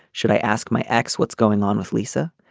should i ask my ex what's going on with lisa.